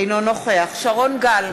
אינו נוכח שרון גל,